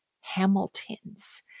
Hamiltons